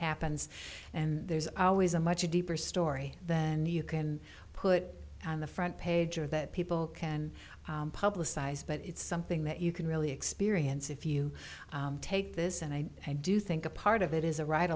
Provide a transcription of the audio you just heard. happens and there's always a much deeper story than you can put on the front page or that people can publicize but it's something that you can really experience if you take this and i do think a part of it is a ride